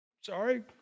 Sorry